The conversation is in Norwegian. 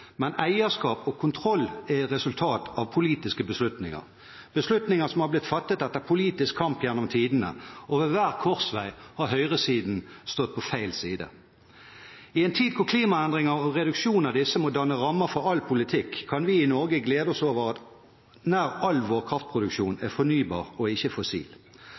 men eierskap og kontroll er resultat av politiske beslutninger – beslutninger som har blitt fattet etter politisk kamp gjennom tidene, og ved hver korsvei har høyresiden stått på feil side. I en tid hvor klimaendringer og reduksjon av disse må danne rammer for all politikk, kan vi i Norge glede oss over at nær all vår kraftproduksjon er fornybar og ikke fossil.